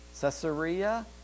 Caesarea